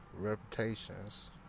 reputations